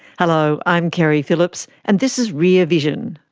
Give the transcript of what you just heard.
hello. i'm keri phillips and this is rear vision.